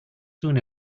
soon